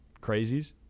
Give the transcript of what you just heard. crazies